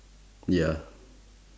ya